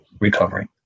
recovering